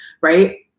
Right